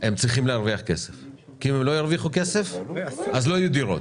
הם צריכים להרוויח כסף כי הם לא ירוויחו כסף אז לא יהיו דירות,